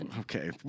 Okay